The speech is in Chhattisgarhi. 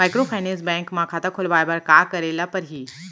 माइक्रोफाइनेंस बैंक म खाता खोलवाय बर का करे ल परही?